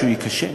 שהוא ייכשל.